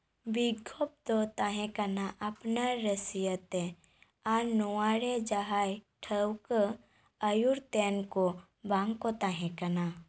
ᱵᱤᱠᱠᱷᱳᱵᱽ ᱫᱚ ᱛᱟᱦᱮᱸᱠᱟᱱᱟ ᱟᱯᱱᱟᱨ ᱨᱟᱹᱥᱤᱭᱟᱹᱛᱮ ᱟᱨ ᱱᱚᱣᱟᱨᱮ ᱡᱟᱦᱟᱸᱭ ᱴᱷᱟᱹᱣᱠᱟᱹ ᱟᱹᱭᱩᱨ ᱛᱮᱱᱠᱚ ᱵᱟᱝᱠᱚ ᱛᱟᱦᱮᱸᱠᱟᱱᱟ